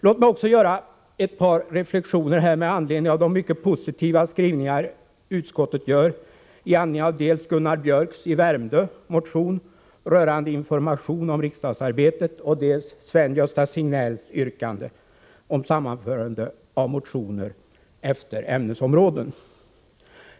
Låt mig också göra ett par reflexioner med anledning av de mycket positiva skrivningar utskottet gör i anledning av dels Gunnar Biörcks i Värmdö motion rörande information om riksdagsarbetet, dels Sven-Gösta Signells yrkande om sammanförande av motioner efter ämnesområde.